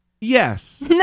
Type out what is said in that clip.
Yes